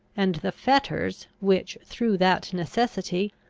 and the fetters which, through that necessity,